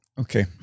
Okay